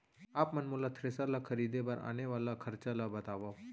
आप मन मोला थ्रेसर ल खरीदे बर आने वाला खरचा ल बतावव?